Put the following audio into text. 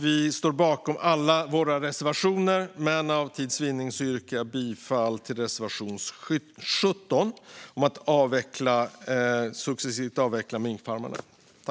Vi står bakom alla våra reservationer, men för tids vinnande yrkar jag bifall till reservation 17 om att successivt avveckla minkfarmerna.